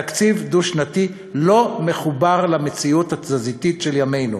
תקציב דו-שנתי לא מחובר למציאות התזזיתית של ימינו.